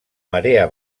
marea